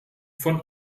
von